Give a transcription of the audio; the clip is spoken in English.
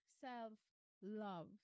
self-love